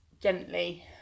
gently